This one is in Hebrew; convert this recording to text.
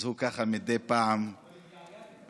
אז הוא ככה מדי פעם, התגעגענו.